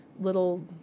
little